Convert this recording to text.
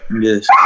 Yes